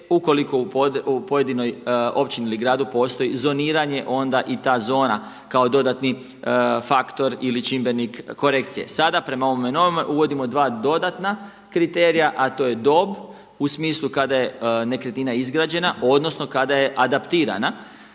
ukoliko u pojedinoj općini ili gradu postoji zoniranje, onda i ta zona kao dodatni faktor ili čimbenik korekcije. Sada prema ovome novome uvodimo dva dodatna kriterija, a to je dob u smislu kada je nekretnina izgrađena, odnosno kada je adaptirana